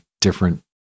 different